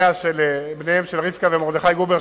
בניהם של רבקה ומרדכי גובר,